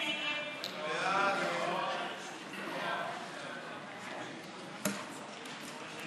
ההסתייגות (84) של חברי הכנסת עמר בר-לב ויחיאל חיליק בר לסעיף 1 לא